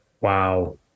wow